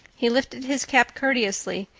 he lifted his cap courteously,